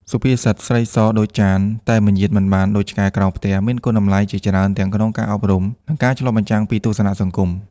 សុភាសិត "ស្រីសដូចចាន តែមាយាទមិនបានដូចឆ្កែក្រោមផ្ទះ" មានគុណតម្លៃជាច្រើនទាំងក្នុងការអប់រំ និងការឆ្លុះបញ្ចាំងពីទស្សនៈសង្គម។